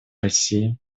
россии